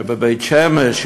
שבבית-שמש,